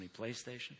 playstation